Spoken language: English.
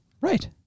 right